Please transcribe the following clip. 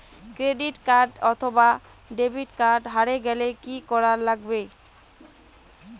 Credit card অথবা debit card হারে গেলে কি করা লাগবে?